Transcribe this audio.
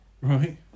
Right